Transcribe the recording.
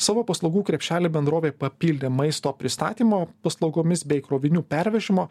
savo paslaugų krepšelį bendrovė papildė maisto pristatymo paslaugomis bei krovinių pervežimo